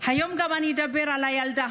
גם היום אני אדבר על הילדה